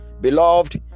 beloved